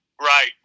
right